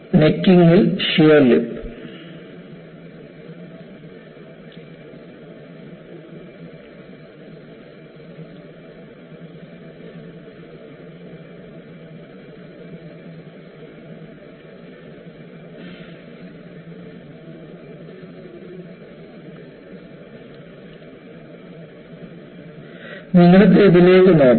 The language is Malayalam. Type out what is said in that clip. നെക്കിങ്ങിൽ ഷിയർ ലിപ്പ് നിങ്ങൾക്ക് ഇതിലേക്ക് നോക്കാം